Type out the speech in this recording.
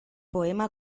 poema